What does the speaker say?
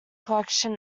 collection